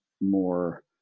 more